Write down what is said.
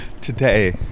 Today